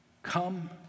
Come